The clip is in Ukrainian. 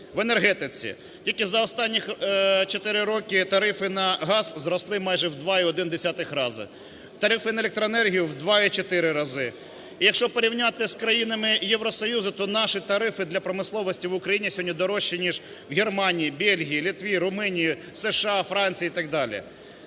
В енергетиці тільки за останні 4 роки тарифи на газ зросли майже в 2,1 рази, тарифи на електроенергію – в 2,4 рази. Якщо порівняти з країнами Євросоюзу, то наші тарифи для промисловості в Україні сьогодні дорожчі, ніж в Германії, Бельгії, Литві, Румунії, США, Франції і так далі.